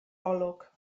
olwg